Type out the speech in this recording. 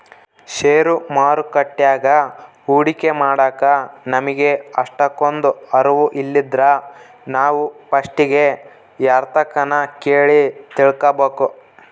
ಷೇರು ಮಾರುಕಟ್ಯಾಗ ಹೂಡಿಕೆ ಮಾಡಾಕ ನಮಿಗೆ ಅಷ್ಟಕೊಂದು ಅರುವು ಇಲ್ಲಿದ್ರ ನಾವು ಪಸ್ಟಿಗೆ ಯಾರ್ತಕನ ಕೇಳಿ ತಿಳ್ಕಬಕು